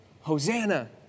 Hosanna